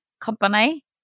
company